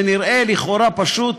זה נראה לכאורה פשוט,